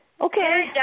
Okay